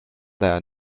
their